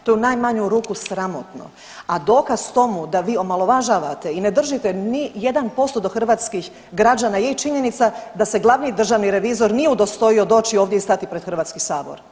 To je u najmanju ruku sramotno, a dokaz tomu da vi omalovažavate i ne držite ni 1% do hrvatskih građana je činjenica da se glavni državni revizor nije udostojio doći ovdje i stati pred HS.